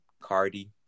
Cardi